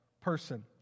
person